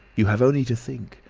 you have only to think!